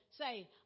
say